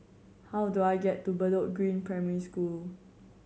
how do I get to Bedok Green Primary School